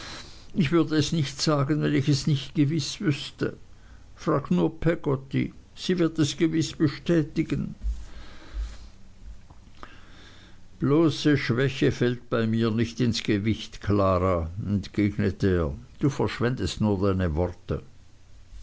ich würde es nicht sagen wenn ich es nicht gewiß wüßte frag nur peggotty sie wird es gewiß bestätigen bloße schwäche fällt bei mir nicht ins gewicht klara entgegnete er du verschwendest nur deine worte